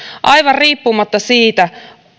aivan riippumatta siitä